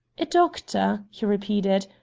a doctor! he repeated.